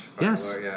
Yes